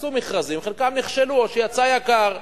עשו מכרזים, חלקם נכשלו או שיצא יקר.